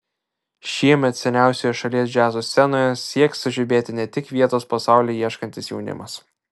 šiemet seniausioje šalies džiazo scenoje sieks sužibėti ne tik vietos po saule ieškantis jaunimas